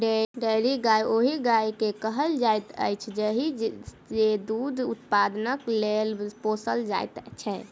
dairy गाय ओहि गाय के कहल जाइत अछि जे दूध उत्पादनक लेल पोसल जाइत छै